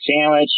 sandwich